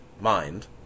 mind